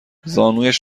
زانویش